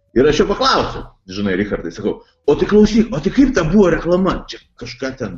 ir aš jo paklausiau žinai richardai sakau o tai klausyk o kaip ta buvo reklama čia kažką ten